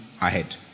ahead